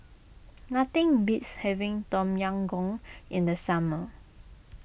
nothing beats having Tom Yam Goong in the summer